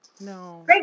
No